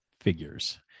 figures